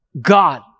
God